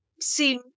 see